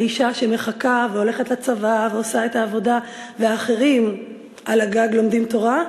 האישה שמחכה והולכת לצבא ועושה את העבודה ואחרים על הגג לומדים תורה,